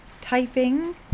typing